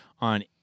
on